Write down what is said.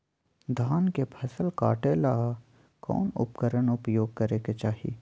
धान के फसल काटे ला कौन उपकरण उपयोग करे के चाही?